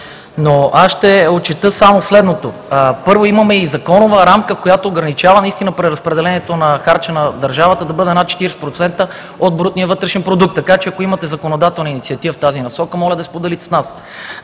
Ще отчета само следното. Първо, имаме и законова рамка, която ограничава наистина преразпределението на харча на държавата, да бъде над 40% от брутния вътрешен продукт, така че ако имате законодателна инициатива в тази насока, моля да я споделите с нас.